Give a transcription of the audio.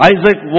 Isaac